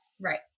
Right